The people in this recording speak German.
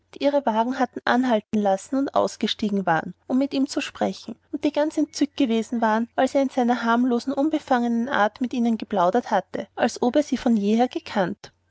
ihre wagen hatten anhalten lassen und ausgestiegen waren um mit ihm zu sprechen und die ganz entzückt gewesen waren als er in seiner harmlosen unbefangenen art mit ihnen geplaudert hatte als ob er sie von jeher gekannt